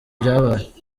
byabaye